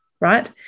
right